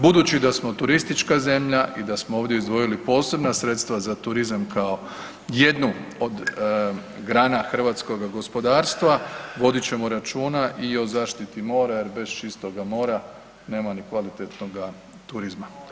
Budući da smo turistička zemlja i da smo ovdje izdvojili posebna sredstva za turizam kao jednu od grana hrvatskoga gospodarstva, vodit ćemo računa i o zaštiti mora jer bez čistoga mora nema ni kvalitetnoga turizma.